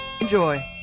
Enjoy